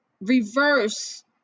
reverse